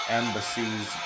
embassies